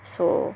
so